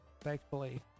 thankfully